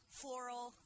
floral